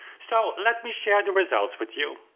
so let me share the results with you.